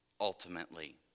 Ultimately